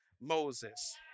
Moses